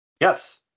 yes